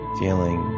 feeling